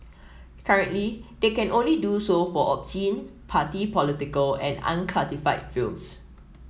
currently they can only do so for obscene party political and unclassified films